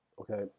Okay